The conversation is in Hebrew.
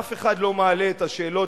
ואף אחד לא מעלה את השאלות,